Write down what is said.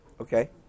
Okay